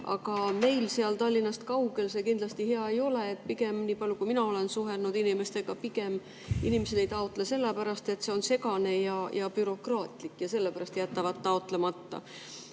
Aga neile seal Tallinnast kaugel see kindlasti hea ei ole. Pigem, nii palju kui mina olen suhelnud inimestega, inimesed ei taotle sellepärast, et see on segane ja bürokraatlik ning sellepärast jätavad taotlemata.